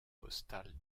postal